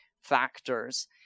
factors